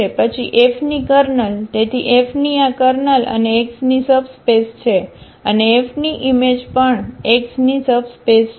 પછી F ની kernel તેથી F ની આ કર્નલ અને X ની સબસ્પેસ છે અને F ની ઈમેજ પણ X ની સબસ્પેસ છે